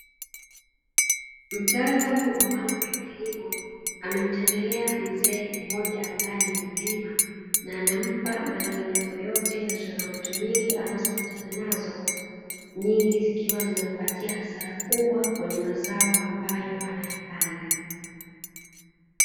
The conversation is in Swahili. Mtaalamu wa mambo ya kilimo amemtembelea mzee mmoja ambaye ni mkulima, na anampa malalamiko yote na changamoto nyingi anazokutana nazo, nyingi zikiwa zinampatia hasara kubwa kwenye mazao ambayo anayapanda.